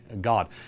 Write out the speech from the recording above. God